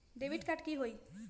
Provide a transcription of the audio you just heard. Debit card की होई?